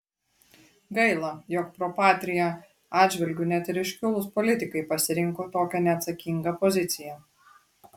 gaila jog pro patria atžvilgiu net ir iškilūs politikai pasirinko tokią neatsakingą poziciją